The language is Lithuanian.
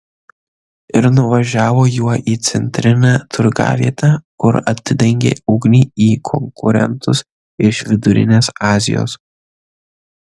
ir nuvažiavo juo į centrinę turgavietę kur atidengė ugnį į konkurentus iš vidurinės azijos